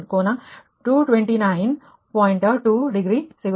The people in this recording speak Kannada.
2 ಡಿಗ್ರಿ ಸಿಗುತ್ತದೆ